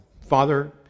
Father